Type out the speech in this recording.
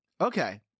Okay